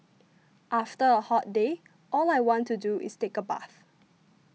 after a hot day all I want to do is take a bath